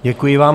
Děkuji vám.